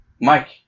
Mike